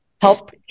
help